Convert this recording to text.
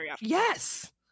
Yes